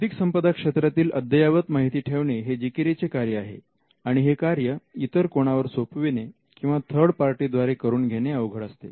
बौद्धिक संपदा क्षेत्रातील अद्ययावत माहिती ठेवणे हे जिकिरीचे कार्य आहे आणि हे कार्य इतर कोणावर सोपवणे किंवा थर्ड पार्टी द्वारे करून घेणे अवघड असते